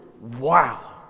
Wow